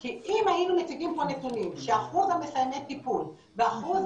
כי אם היינו מציגים פה נתונים שאחוז מסיימי הטיפול ואחוז